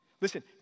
Listen